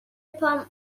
پام